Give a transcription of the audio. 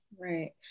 Right